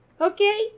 Okay